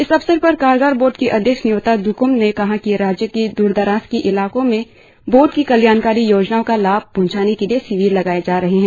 इस अवसर पर कामगार बोर्ड की अध्यक्ष न्योतो द्रक्म ने कहा कि राज्य के द्रदराज के इलाकों में बोर्ड की कल्याणकारी योजनाओं का लाभ पहंचाने के लिए शिविर लगाए जा रहे है